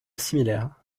similaires